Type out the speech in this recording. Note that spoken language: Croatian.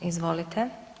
Izvolite.